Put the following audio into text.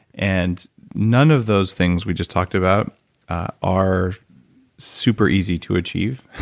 and none of those things we just talked about are super easy to achieve,